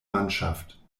mannschaft